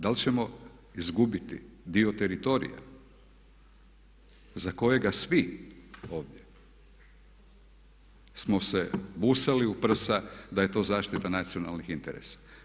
Da li ćemo izgubiti dio teritorija za kojega svi ovdje smo se busali u prsa da je to zaštita nacionalnih interesa?